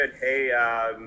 Hey